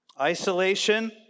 Isolation